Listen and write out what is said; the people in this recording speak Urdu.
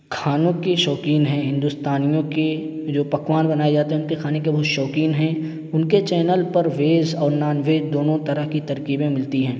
کھانوں کے شوقین ہیں ہندوستانیوں کے جو پکوان بنائے جاتے ہیں ان کے کھانے کے وہ شوقین ہیں ان کے چینل پر ویج اور نان ویج دونوں طرح کی ترکیبیں ملتی ہیں